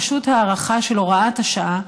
פשוט הארכה של הוראת השעה,